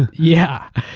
and yeah,